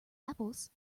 apples